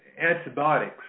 antibiotics